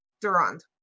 Durand